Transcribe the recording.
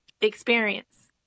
experience